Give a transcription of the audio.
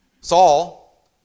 Saul